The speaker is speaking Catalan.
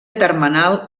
termenal